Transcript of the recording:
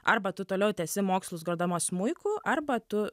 arba tu toliau tęsi mokslus grodama smuiku arba tu